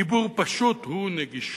דיבור פשוט הוא נגישות.